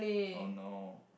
oh no